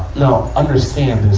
no, understand this,